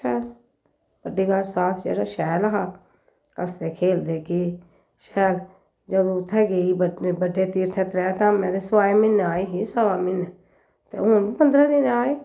चलो बड्डी गल्ल साथ जेह्ड़ा शैल हा हस्सदे खेलदे गे शैल जदूं उत्थें गेई बड्डें तीरथें त्रैऽ धामें ते सवाए महीनै आई ही सवा महीनै ते हून बी पंदरें दिनें आए